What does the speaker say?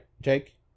Jake